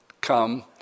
come